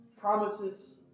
promises